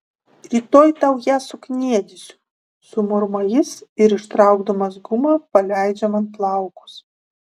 rytoj tau ją sukniedysiu sumurma jis ir ištraukdamas gumą paleidžia man plaukus